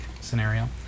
scenario